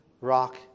rock